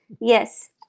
Yes